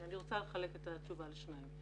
אני רוצה לחלק את התשובה לשני חלקים.